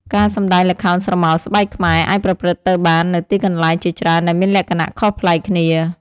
ការសម្តែងល្ខោនស្រមោលស្បែកខ្មែរអាចប្រព្រឹត្តទៅបាននៅទីកន្លែងជាច្រើនដែលមានលក្ខណៈខុសប្លែកគ្នា។